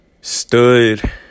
stood